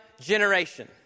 generation